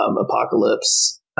Apocalypse